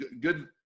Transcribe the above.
good